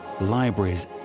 libraries